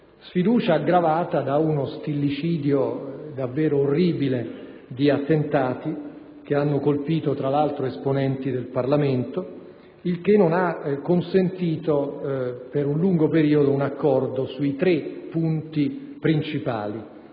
aggravata da uno stillicidio davvero orribile di attentati che hanno colpito, tra l'altro, esponenti del Parlamento. Ciò non ha consentito per un lungo periodo un accordo sui tre punti principali: